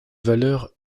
valeur